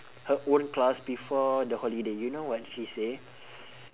her own class before the holiday you know what she say